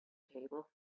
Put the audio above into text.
table